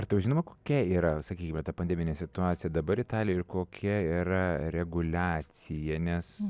ar tau žinoma kokia yra sakykime ta pandeminė situacija dabar italijoj ir kokia yra reguliacija nes